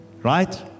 Right